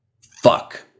fuck